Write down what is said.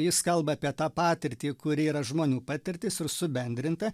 jis kalba apie tą patirtį kuri yra žmonių patirtis ir subendrinta